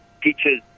teacher's